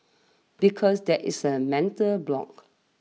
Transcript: because there's a mental block